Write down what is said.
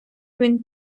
він